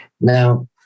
Now